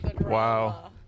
wow